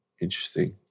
interesting